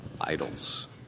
idols